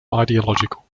ideological